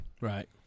Right